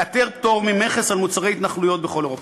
היעדר פטור ממכס על מוצרי התנחלויות בכל אירופה.